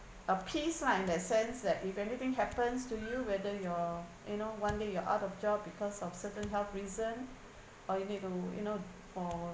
a peace lah in that sense that if anything happens to you whether you're you know one day you are out of job because of certain health reason or you need to you know